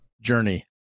journey